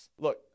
Look